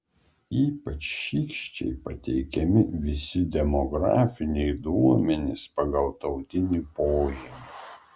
ypač šykščiai pateikiami visi demografiniai duomenys pagal tautinį požymį